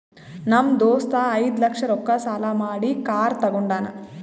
ನಮ್ ದೋಸ್ತ ಐಯ್ದ ಲಕ್ಷ ರೊಕ್ಕಾ ಸಾಲಾ ಮಾಡಿ ಕಾರ್ ತಗೊಂಡಾನ್